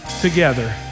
together